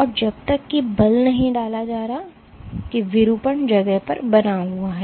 और जब तक कि बल नहीं डाला जा रहा है कि विरूपण जगह पर बना हुआ है